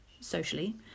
socially